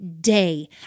day